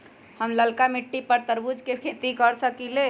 हम लालका मिट्टी पर तरबूज के खेती कर सकीले?